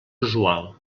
usual